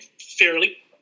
fairly